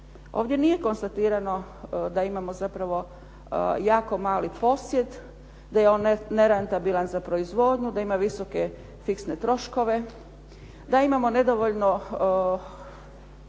Ovdje nije konstatirano da imamo zapravo jako mali posjed, da je on nerentabilan za proizvodnju, da ima visoke fiksne troškove, da imamo nedovoljno